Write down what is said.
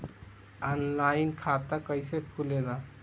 Online खाता कइसे खुलेला?